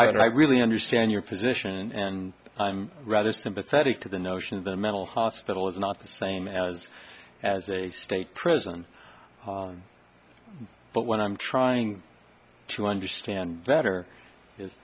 i really understand your position and i'm rather sympathetic to the notion of a mental hospital is not the same as as a state prison but what i'm trying to understand better